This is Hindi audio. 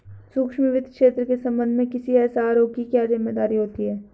सूक्ष्म वित्त क्षेत्र के संबंध में किसी एस.आर.ओ की क्या जिम्मेदारी होती है?